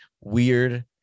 weird